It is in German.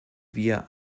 wir